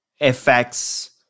FX